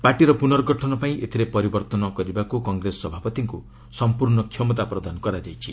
ପାର୍ଟିର ପୁର୍ନଗଠନ ପାଇଁ ଏଥିରେ ପରିବର୍ଭନ କରିବାକୁ କଂଗ୍ରେସ ସଭାପତିଙ୍କୁ କ୍ଷମତା ପ୍ରଦାନ କରାଯାଇଛି